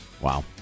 Wow